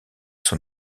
son